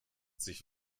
sich